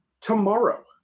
tomorrow